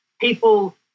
people